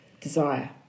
desire